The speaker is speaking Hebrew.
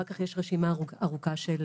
אחר כך יש רשימה ארוכה של